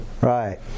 Right